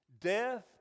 death